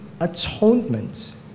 atonement